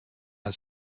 had